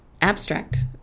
Abstract